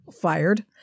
fired